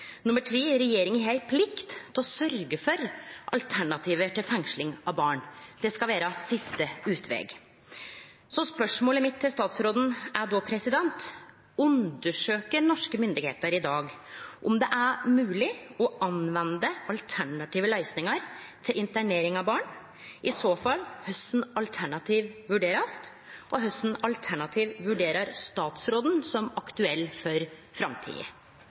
har ei plikt til å sørgje for alternativ til fengsling av barn. Det skal vere siste utveg. Spørsmålet mitt til statsråden er då: Undersøkjer norske myndigheiter i dag om det er mogleg å anvende alternative løysingar til internering av barn? I så fall, kva for alternativ blir vurderte, og kva for alternativ vurderer statsråden som aktuelle for framtida?